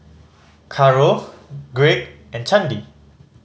Caro Gregg and Candi